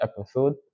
episode